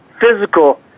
physical